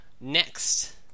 Next